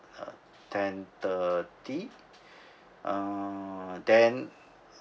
ten-thirty uh then